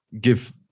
give